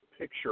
picture